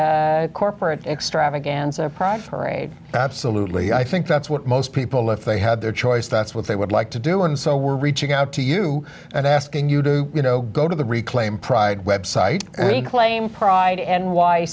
the corporate extravaganza proffer a absolutely i think that's what most people if they had their choice that's what they would like to do and so we're reaching out to you and asking you do you know go to the reclaim pride website claim pride